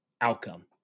outcome